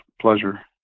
pleasure